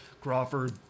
Crawford